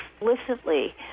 explicitly